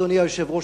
אדוני היושב-ראש,